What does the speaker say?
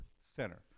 center